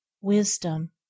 wisdom